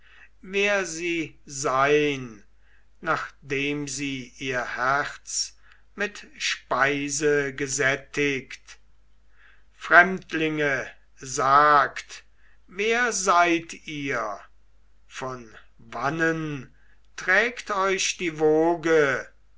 wer sie sei'n nachdem sie ihr herz mit speise gesättigt fremdlinge sagt wer seid ihr von wannen trägt euch die woge